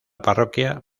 parroquia